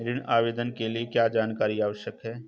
ऋण आवेदन के लिए क्या जानकारी आवश्यक है?